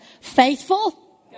Faithful